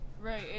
right